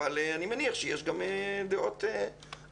אבל אני מניח שיש גם דעות אחרות.